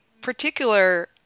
particular